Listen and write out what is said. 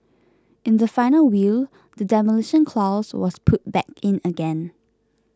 in the final will the Demolition Clause was put back in again